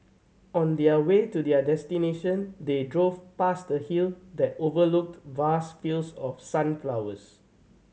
on their way to their destination they drove past a hill that overlooked vast fields of sunflowers